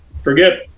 forget